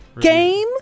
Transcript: Game